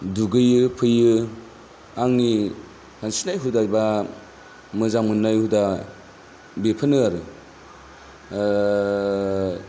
दुगैयो फैयो आंनि सानस्रिनाय हुदा बा मोजां मोननाय हुदा बेफोरनो आरो